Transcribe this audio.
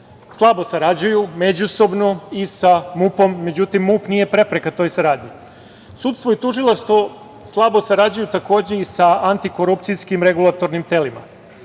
slabo sarađuju međusobno i sa MUP-om, međutim, MUP nije prepreka toj saradnji. Sudstvo i tužilaštvo slabo sarađuju takođe i sa antikorupcijskim regulatornim telia